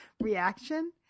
reaction